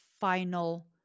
final